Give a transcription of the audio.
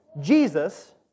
Jesus